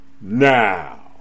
Now